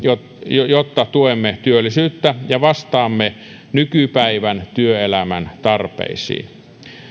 jotta tuemme työllisyyttä ja vastaamme nykypäivän työelämän tarpeisiin